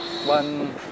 One